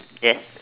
yes